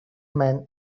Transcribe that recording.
man